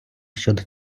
щодо